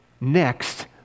Next